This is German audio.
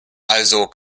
also